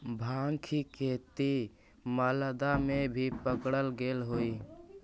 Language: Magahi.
भाँग के खेती मालदा में भी पकडल गेले हलई